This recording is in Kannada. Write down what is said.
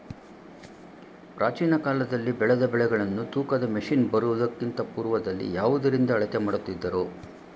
ಪ್ರಾಚೀನ ಕಾಲದಲ್ಲಿ ಬೆಳೆದ ಬೆಳೆಗಳನ್ನು ತೂಕದ ಮಷಿನ್ ಬರುವುದಕ್ಕಿಂತ ಪೂರ್ವದಲ್ಲಿ ಯಾವುದರಿಂದ ಅಳತೆ ಮಾಡುತ್ತಿದ್ದರು?